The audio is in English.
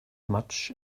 much